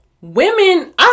Women